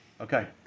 Okay